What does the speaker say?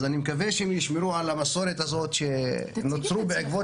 אז אני מקווה שהם ישמרו על המסורת הזאת שנוצרה בעקבות